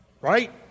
Right